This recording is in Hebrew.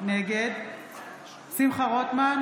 נגד שמחה רוטמן,